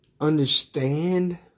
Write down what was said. understand